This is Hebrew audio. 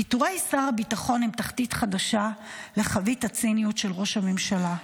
"פיטורי שר הביטחון --- תחתית חדשה לחבית הציניות של ראש הממשלה.